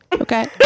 okay